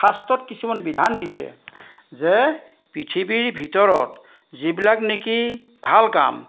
শাস্ত্ৰত কিছুমান বিধান দিছে যে পৃথিৱীৰ ভিতৰত যিবিলাক নেকি ভাল কাম